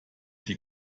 die